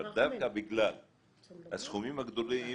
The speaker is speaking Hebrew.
אבל דווקא בגלל הסכומים הגדולים